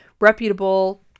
reputable